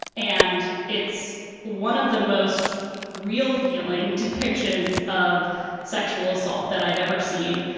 and it's one of the most real feeling depictions of sexual assault that i've ever seen.